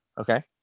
Okay